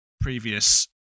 previous